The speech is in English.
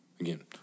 Again